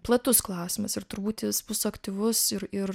platus klausimas ir turbūt jis bus aktyvus ir ir